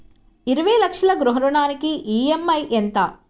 ఇరవై లక్షల గృహ రుణానికి ఈ.ఎం.ఐ ఎంత?